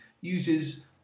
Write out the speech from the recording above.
uses